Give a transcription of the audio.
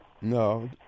No